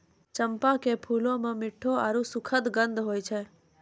चंपा के फूलो मे मिठ्ठो आरु सुखद गंध होय छै